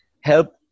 help